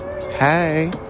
Hey